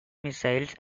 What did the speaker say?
missiles